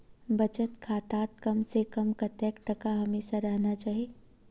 बचत खातात कम से कम कतेक टका हमेशा रहना चही?